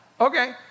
okay